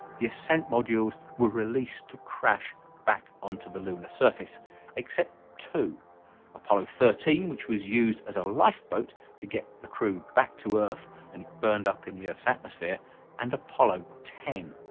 the ascent modules were released to crash back onto the lunar surface except to apollo thirteen which was used as a lifeboat to get the crew back to earth and burned up in the earth's atmosphere and apollo ten.